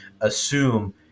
assume